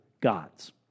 gods